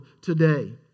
today